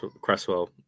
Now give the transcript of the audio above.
Cresswell